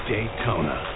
Daytona